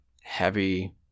heavy